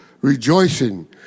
rejoicing